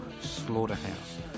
slaughterhouse